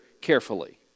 carefully